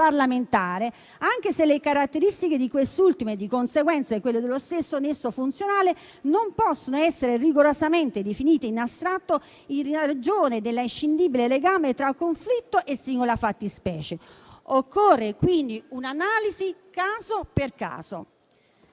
parlamentare, anche se le caratteristiche di quest'ultimo e di conseguenza quello dello stesso nesso funzionale non possono essere rigorosamente definiti in astratto, in ragione dell'inscindibile legame tra conflitto e singola fattispecie. Occorre quindi un'analisi caso per caso.